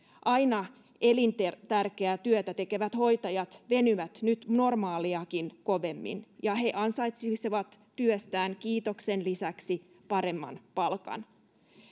aina elintärkeää työtä tekevät hoitajat venyvät nyt normaaliakin kovemmin ja he ansaitsisivat työstään kiitoksen lisäksi paremman palkan